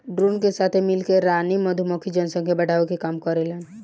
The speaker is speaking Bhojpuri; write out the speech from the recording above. ड्रोन के साथे मिल के रानी मधुमक्खी जनसंख्या बढ़ावे के काम करेले